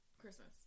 Christmas